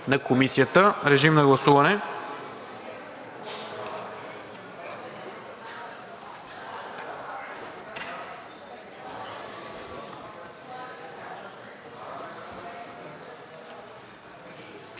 Режим на гласуване.